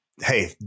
Hey